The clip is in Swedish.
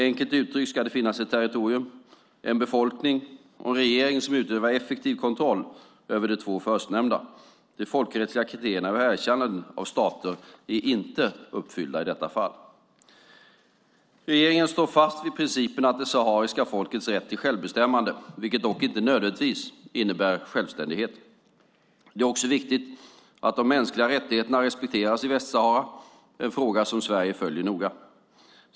Enkelt uttryckt ska det finnas ett territorium, en befolkning och en regering som utövar effektiv kontroll över de två förstnämnda. De folkrättsliga kriterierna för erkännande av stater är inte uppfyllda i detta fall. Regeringen står fast vid principen om det sahariska folkets rätt till självbestämmande, vilket dock inte nödvändigtvis innebär självständighet. Det är också viktigt att de mänskliga rättigheterna respekteras i Västsahara, en fråga som Sverige följer noga.